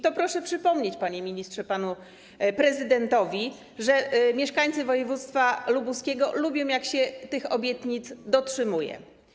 To proszę przypomnieć, panie ministrze, panu prezydentowi, że mieszkańcy województwa lubuskiego lubią, jak się tych obietnic dotrzymuje.